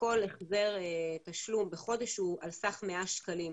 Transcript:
שכל החזר תשלום בחודש הוא על סך 100 שקלים.